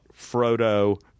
Frodo